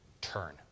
Turn